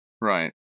Right